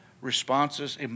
responses